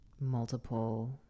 multiple